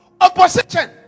Opposition